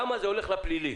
למה זה הולך לפלילי?